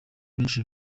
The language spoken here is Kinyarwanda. benshi